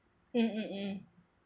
mm mm mm